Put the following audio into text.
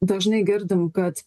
dažnai girdim kad